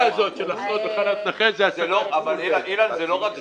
לא רק זה,